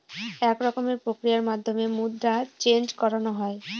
এক রকমের প্রক্রিয়ার মাধ্যমে মুদ্রা চেন্জ করানো হয়